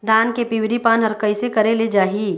धान के पिवरी पान हर कइसे करेले जाही?